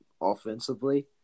offensively